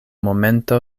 momento